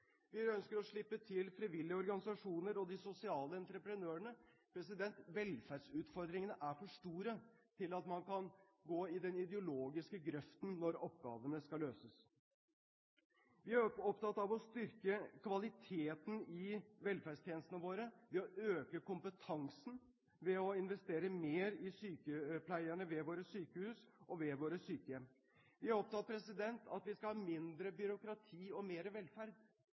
Vi ønsker å slippe til frivillige organisasjoner og de sosiale entreprenørene. Velferdsutfordringene er for store til at man kan gå i den ideologiske grøften når oppgavene skal løses. Høyre er opptatt av å styrke kvaliteten i velferdstjenestene våre ved å øke kompetansen, ved å investere mer i sykepleierne ved våre sykehus og sykehjem. Vi er opptatt av at vi skal ha mindre byråkrati og mer velferd.